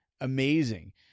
amazing